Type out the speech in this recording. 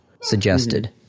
suggested